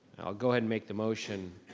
i'll go ahead and make the motion.